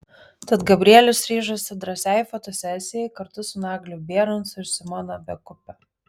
tad gabrielius ryžosi drąsiai fotosesijai kartu su nagliu bierancu ir simona bekupe